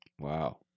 Wow